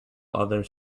other